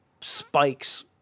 spikes